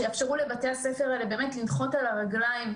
שיאפשר לבתי הספר האלה לנחות על הרגליים,